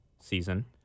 season